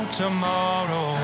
tomorrow